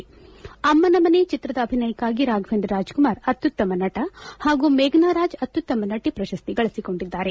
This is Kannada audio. ಅಮ್ನನ ಮನೆ ಚಿತ್ರದ ಅಭಿನಯಕ್ಕಾಗಿ ರಾಫವೇಂದ್ರ ರಾಜಕುಮಾರ್ ಅತ್ಯುತ್ತಮ ನಟ ಹಾಗೂ ಮೇಘನಾರಾಜ್ ಅತ್ಯುತ್ತಮ ನಟ ಪ್ರಶಸ್ತಿಗಳಿಸಿಕೊಂಡಿದ್ದಾರೆ